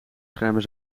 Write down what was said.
schermen